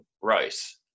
Rice